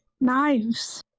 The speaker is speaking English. Knives